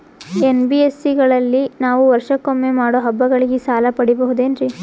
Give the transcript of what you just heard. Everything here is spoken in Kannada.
ಎನ್.ಬಿ.ಎಸ್.ಸಿ ಗಳಲ್ಲಿ ನಾವು ವರ್ಷಕೊಮ್ಮೆ ಮಾಡೋ ಹಬ್ಬಗಳಿಗೆ ಸಾಲ ಪಡೆಯಬಹುದೇನ್ರಿ?